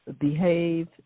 behave